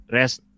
rest